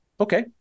Okay